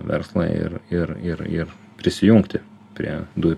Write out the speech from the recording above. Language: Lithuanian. verslą ir ir ir ir prisijungti prie dujų